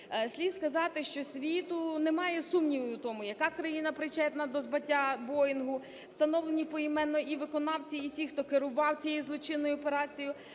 Слід сказати, що світу немає сумніву у тому, яка країна причетна до збиття Боїнгу, встановлені поіменно і виконавці, і ті, хто керував цією злочинною операцією,